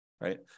right